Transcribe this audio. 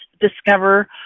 discover